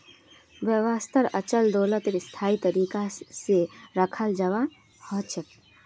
व्यवसायत अचल दोलतक स्थायी तरीका से रखाल जवा सक छे